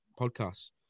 podcasts